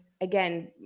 again